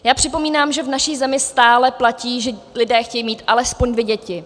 Já připomínám, že v naší zemi stále platí, že lidé chtějí mít alespoň dvě děti.